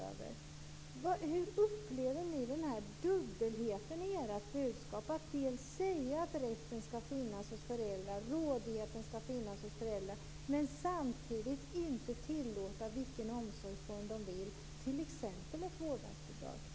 Hur upplever ni den här dubbelheten i ert budskap? Ni säger att rätten skall finnas hos föräldrarna, rådigheten skall finnas hos föräldrarna, men samtidigt vill ni inte tillåta att de väljer vilken omsorgsform de vill, t.ex. ett vårdnadsbidrag.